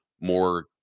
more